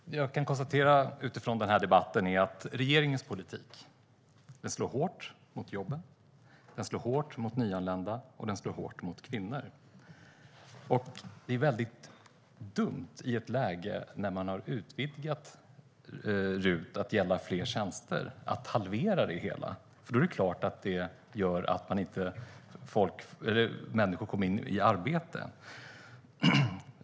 Herr talman! Det jag kan konstatera utifrån den här debatten är att regeringens politik slår hårt mot jobben, den slår hårt mot nyanlända och den slår hårt mot kvinnor. Det är väldigt dumt i ett läge när man har utvidgat RUT att gälla fler tjänster att halvera det hela, för då är det klart att människor inte kommer i arbete.